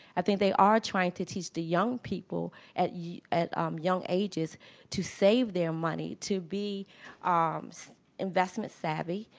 i think they are trying to teach the young people at at um young ages to save their money, to be um so investment savvy.